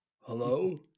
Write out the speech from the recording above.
Hello